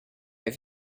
have